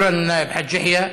שוכרן, חאג' יחיא.